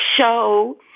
show